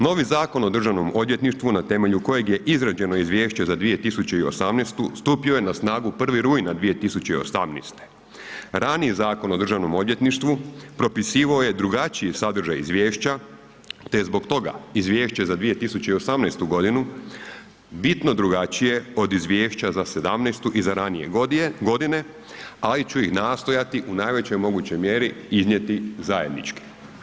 Novi Zakon o državnom odvjetništvu na temelju kojeg je izrađeno Izvješće za 2018. stupio je na snagu 1. rujna 2018., raniji Zakon o državnom odvjetništvu propisivao je drugačiji sadržaj Izvješća te zbog toga Izvješće za 2018. bitno drugačije od Izvješća za 2017. i za ranije godine, ali ću ih nastojati u najvećoj mogućoj mjeri iznijeti zajednički.